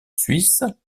suisse